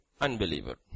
unbeliever